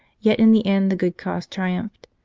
yet in the end the good cause triumphed.